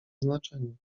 znaczeniu